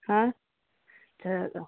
अँए जाइ दऽ